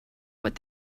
what